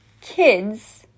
kids